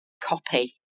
copy